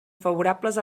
favorables